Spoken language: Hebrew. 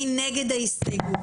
מי בעד ההסתייגות?